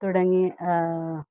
തുടങ്ങിയ